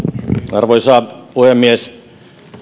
arvoisa puhemies